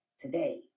today